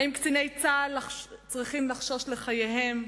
האם קציני צה"ל צריכים לחשוש לחייהם?